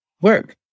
work